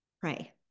pray